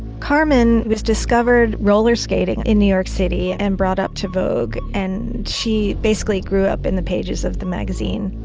carmen was discovered roller skating in new york city and brought up to vogue. and she basically grew up in the pages of the magazine.